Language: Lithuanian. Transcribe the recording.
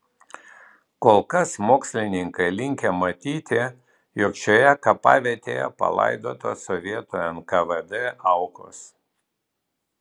kol kas mokslininkai linkę matyti jog šioje kapavietėje palaidotos sovietų nkvd aukos